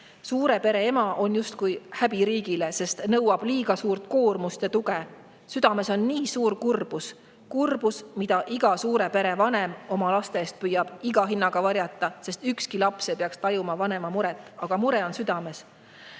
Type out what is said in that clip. Suure pere ema on häbi riigile, sest nõuab liiga suurt koormust ja tuge. Südames on nii suur kurbus – kurbus, mida iga suure pere vanem oma laste eest püüab iga hinnaga varjata, sest ükski laps ei peaks tajuma vanema muret. Aga mure on südames.